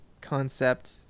concept